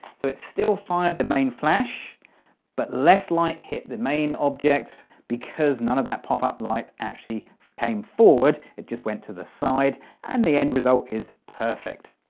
so it's still fired the main flash but less light hit the main object because none of that pop up like actually came forward it just went to the side and the end result is perfect